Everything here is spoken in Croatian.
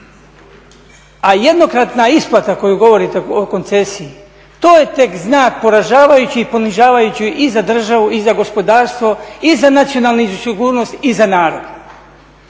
A jednokratna isplata o kojoj govorite o koncesiji to je tek znak poražavajući i ponižavajući i za državu i za gospodarstvo i za nacionalnu sigurnost i za narod.